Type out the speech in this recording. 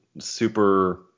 super